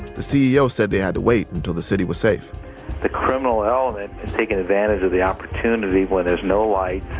the ceo said they had to wait until the city was safe the criminal element had taken advantage of the opportunity when there's no light,